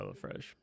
HelloFresh